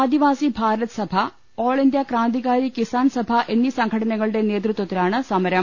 ആദി വാസി Bharat Sabha all India Krantikari Kisan Sabha എന്നീ സംഘടനകളുടെ നേതൃത്വ ത്തിലാണ് സമരം